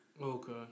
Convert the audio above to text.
Okay